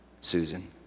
Susan